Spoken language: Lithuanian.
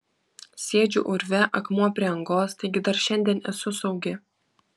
sėdžiu urve akmuo prie angos taigi dar šiandien esu saugi